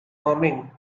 morning